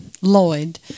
Lloyd